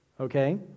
okay